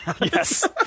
Yes